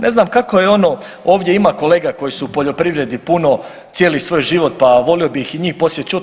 Ne znam kako je ono ovdje ima kolega koji su u poljoprivredi puno, cijeli svoj život, pa volio bih i njih poslije čuti.